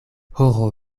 horo